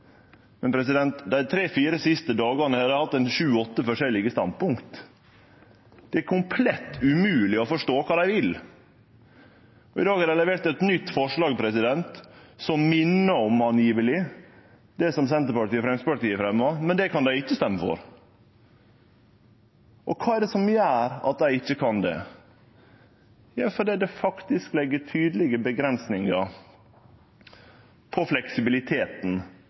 Men dei tre–fire siste dagane har dei hatt sju-åtte forskjellige standpunkt. Det er komplett umogleg å forstå kva dei vil. I dag har dei levert eit nytt forslag som minner om – vert det sagt – det som Senterpartiet og Framstegspartiet fremjar, men det kan dei ikkje røyste for. Kva er det som gjer at dei ikkje kan det? Jo, fordi det faktisk legg tydelege avgrensingar på fleksibiliteten